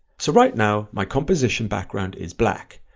so right now my composition background is black,